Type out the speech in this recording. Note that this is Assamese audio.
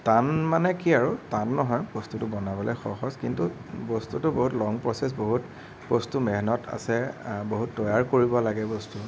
টান মানে কি আৰু টান নহয় বস্তুটো বনাবলৈ সহজ কিন্তু বস্তুটো বহুত লং প্ৰচেচ বহুত বস্তু মেহনত আছে বহুত তৈয়াৰ কৰিব লাগে বস্তু